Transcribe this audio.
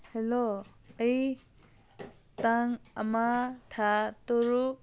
hello ꯑꯩ ꯇꯥꯡ ꯑꯃ ꯊꯥ ꯇꯔꯨꯛ